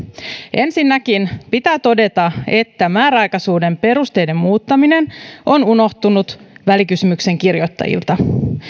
ensinnäkin pitää todeta että määräaikaisuuden perusteiden muuttaminen on unohtunut välikysymyksen kirjoittajilta